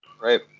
Right